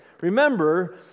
Remember